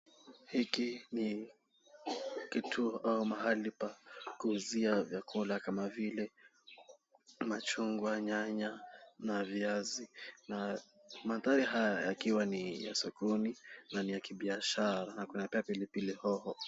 Hiki ni kituo au mahali pa kuuzia vyakula kama vile machungwa, nyanya na viazi na mandhari haya yakiwa ni ya sokoni na ni ya kibiashara, na kuna pia pilipili hoho.